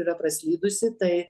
yra praslydusi tai